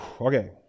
Okay